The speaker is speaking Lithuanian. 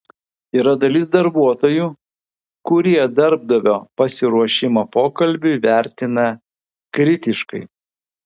yra dalis darbuotojų kurie darbdavio pasiruošimą pokalbiui vertina kritiškai